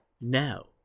now